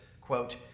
quote